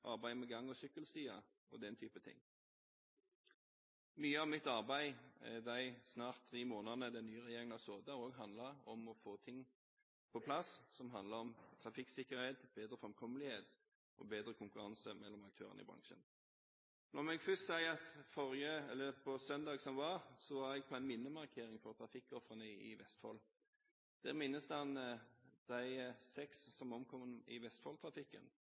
arbeidet med gang- og sykkelstier og den type ting. Mye av mitt arbeid i de snart tre månedene den nye regjeringen har sittet, har også handlet om å få på plass ting som handler om trafikksikkerhet, bedre framkommelighet og bedre konkurranse mellom aktørene i bransjen. Nå må jeg først si at jeg var på en minnemarkering i Vestfold sist søndag, der en mintes de seks som omkom i Vestfold-trafikken. Det har dessverre vært en kraftig økning i